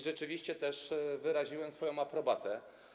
Rzeczywiście też wyraziłem swoją aprobatę.